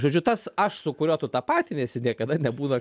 žodžiu tas aš su kuriuo tu tapatiniesi niekada nebūna